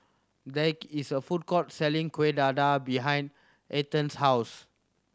there is a food court selling Kuih Dadar behind Ethie's house